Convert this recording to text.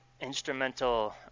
instrumental